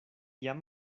jam